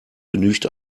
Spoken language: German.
genügt